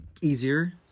easier